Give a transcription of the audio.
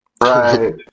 right